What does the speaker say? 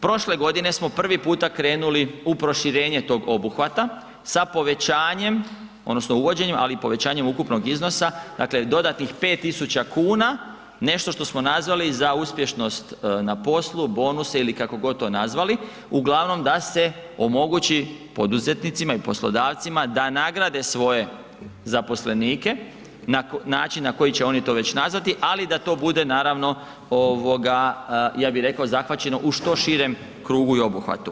Prošle godine smo prvi puta krenuli u proširenje tog obuhvata sa povećanjem odnosno uvođenjem, ali i povećanjem ukupnog iznosa, dakle dodatnih 5.000 kuna nešto što smo nazvali za uspješnost na poslu, bonuse ili kako god to nazvali, uglavnom da se omogući poduzetnicima i poslodavcima da nagrade svoje zaposlenike na način na koji će oni to već nazvati, ali da to bude naravno ovoga ja bih rekao zahvaćeno u što širem krugu i obuhvatu.